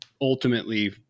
ultimately